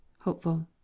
Hopeful